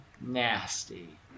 nasty